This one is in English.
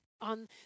on